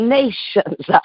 nations